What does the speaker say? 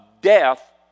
death